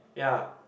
ya